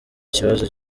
ikibazo